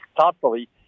thoughtfully